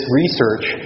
research